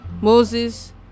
Moses